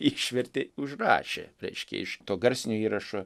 išvertė užrašė reiškia iš to garsinio įrašo